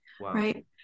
right